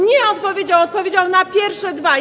Nie odpowiedział, odpowiedział na pierwsze dwa.